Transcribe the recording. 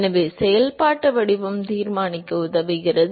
எனவே செயல்பாட்டு வடிவம் தீர்மானிக்க உதவுகிறது